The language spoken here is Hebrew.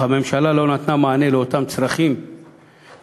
אך הממשלה לא נתנה מענה לאותם צרכים ולאותה